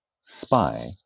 spy